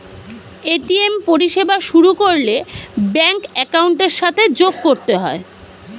ATM পরিষেবা শুরু করলে ব্যাঙ্ক অ্যাকাউন্টের সাথে যোগ করতে হয়